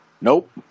Nope